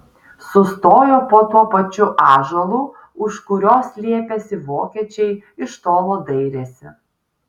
sustojo po tuo pačiu ąžuolu už kurio slėpėsi vokiečiai iš tolo dairėsi